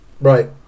Right